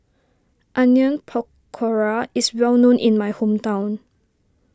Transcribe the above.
Onion Pakora is well known in my hometown